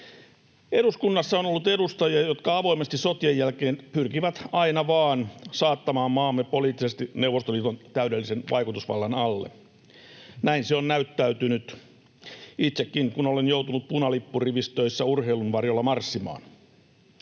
Eduskunnassa on ollut edustajia, jotka avoimesti sotien jälkeen pyrkivät aina vain saattamaan maamme poliittisesti Neuvostoliiton täydellisen vaikutusvallan alle. Näin se on näyttäytynyt, itsekin kun olen joutunut punalippurivistöissä urheilun varjolla marssimaan.